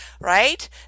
right